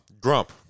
Grump